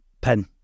pen